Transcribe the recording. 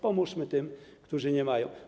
Pomóżmy tym, którzy nie mają.